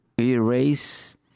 erase